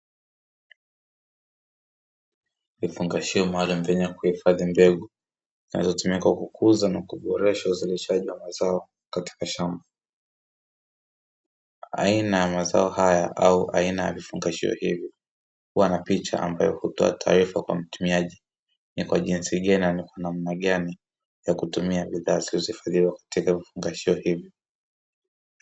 Vifungashio maalumu vyenye kuhifadhi mbegu, zinazotumika kukuza na kuboresha uzalishaji wa mazao katika shamba. Aina ya mazao haya au aina ya vifungashio hivi, huwa na picha ambayo hutoa taarifa kwa mtumiaji, ni kwa jinsi gani na ni kwa namna gani ya kutumia bidhaa zilizohifadhiwa katika vifungashio hivyo.